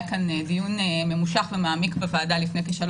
היה כאן דיון ממושך ומעמיק בוועדה לפני כ-3